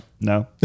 No